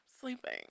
sleeping